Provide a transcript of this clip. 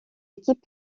équipes